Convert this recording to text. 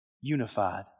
unified